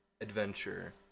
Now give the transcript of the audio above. adventure